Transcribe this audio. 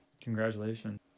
Congratulations